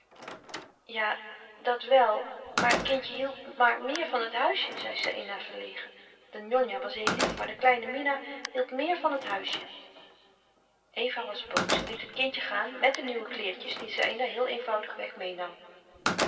ja dat wel maar het kindje hield maar meer van het huisje zei saïna verlegen de njonja was heel lief maar de kleine mina hield maar meer van het huisje eva was boos en liet het kindje gaan met de nieuwe kleêrtjes die saïna heel eenvoudig weg meênam